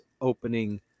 opening